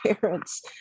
parent's